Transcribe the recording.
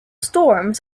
storms